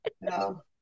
No